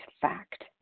fact